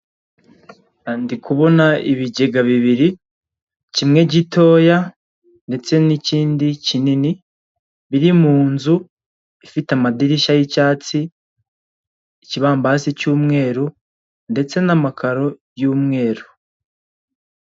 Aha ndi kubona ibigega bibiri kimwe gitoya ndetse n'ikindi kinini biri munzu ifite amadirishya y'icyatsi ikibambasi cy'umweru ndetse n'amakaro y'umweru.